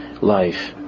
life